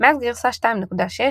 מאז גרסה 2.6,